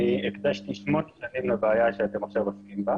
אני הקדשתי שמונה שנים לבעיה שאתם עכשיו עוסקים בה,